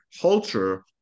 culture